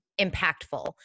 impactful